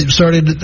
started